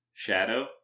shadow